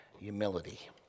humility